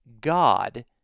God